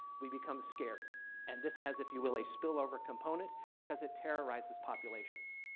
we become scared and this has if you will a spillover component because it terrorizes populations.